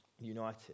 united